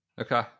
Okay